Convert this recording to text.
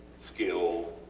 skill,